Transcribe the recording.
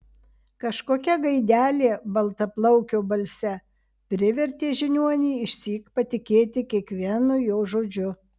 kažkokia gaidelė baltaplaukio balse privertė žiniuonį išsyk patikėti kiekvienu jo žodžiu